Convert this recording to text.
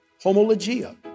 homologia